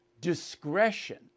discretion